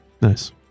Nice